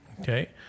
Okay